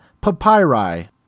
papyri